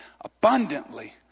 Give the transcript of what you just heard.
abundantly